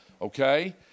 Okay